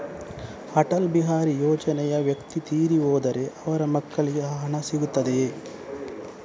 ಅಟಲ್ ಬಿಹಾರಿ ಯೋಜನೆಯ ವ್ಯಕ್ತಿ ತೀರಿ ಹೋದರೆ ಅವರ ಮಕ್ಕಳಿಗೆ ಆ ಹಣ ಸಿಗುತ್ತದೆಯೇ?